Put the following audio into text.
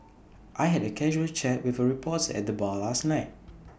I had A casual chat with A reporter at the bar last night